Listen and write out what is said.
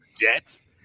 Jets